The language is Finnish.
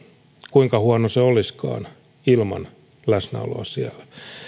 kuinka huono se olisikaan ilman läsnäoloa siellä